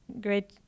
great